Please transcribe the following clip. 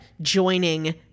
joining